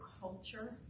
culture